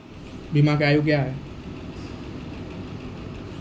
बीमा के आयु क्या हैं?